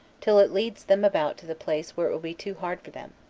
till it leads them about to the place where it will be too hard for them.